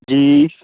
ਜੀ